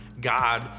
God